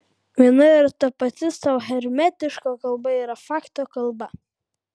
viena ir tapati sau hermetiška kalba yra fakto kalba